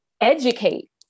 educate